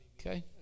Okay